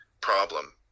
problem